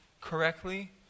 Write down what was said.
correctly